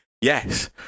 Yes